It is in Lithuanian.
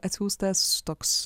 atsiųstas toks